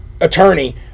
attorney